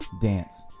Dance